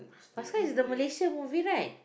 Paskal is the Malaysia movie right